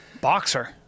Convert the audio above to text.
boxer